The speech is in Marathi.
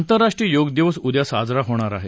आंतरराष्ट्रीय योग दिवस उद्या साजरा होणार आहे